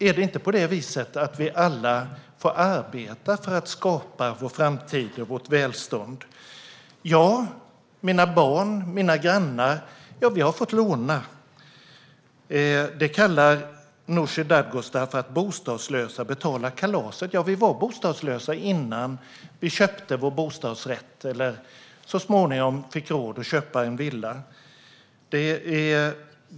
Är det inte så att vi alla får arbeta för att skapa vår framtid och vårt välstånd? Jag, mina barn och mina grannar har fått låna. Det kallar Nooshi Dadgostar för att bostadslösa betalar kalaset. Ja, vi var bostadslösa innan vi köpte vår bostadsrätt eller så småningom fick råd att köpa en villa.